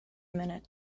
minute